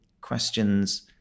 questions